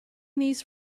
these